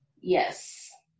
yes